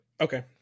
Okay